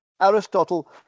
Aristotle